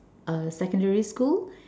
uh secondary school